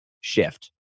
shift